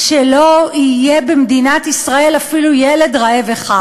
"שלא יהיה במדינת ישראל אפילו ילד רעב אחד".